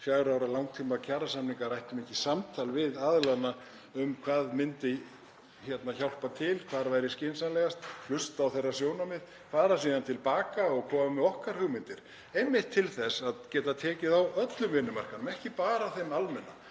fjögurra ára langtímakjarasamningar, ættum ekki samtal við aðilana um hvað myndi hjálpa til, hvað væri skynsamlegast, hlusta á þeirra sjónarmið og fara síðan til baka og koma með okkar hugmyndir — einmitt til þess að geta tekið á öllum vinnumarkaðnum, ekki bara þeim almenna